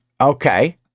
Okay